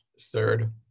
third